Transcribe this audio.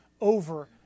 over